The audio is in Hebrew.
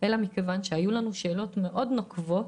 אלא בגלל שהיו לנו שאלות נוקבות